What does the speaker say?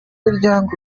miryango